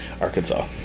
Arkansas